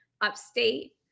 upstate